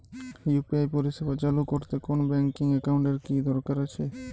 UPI পরিষেবা চালু করতে কোন ব্যকিং একাউন্ট এর কি দরকার আছে?